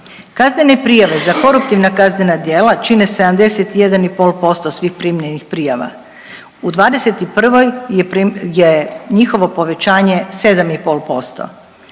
Kaznene prijave za koruptivna kaznena djela čine 71,5% svih primljenih prijava. U '21. je njihovo povećanje 7,5%.